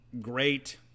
great